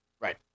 Right